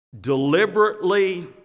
deliberately